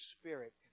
spirit